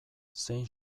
zein